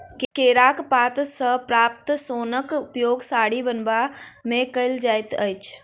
केराक पात सॅ प्राप्त सोनक उपयोग साड़ी बनयबा मे कयल जाइत अछि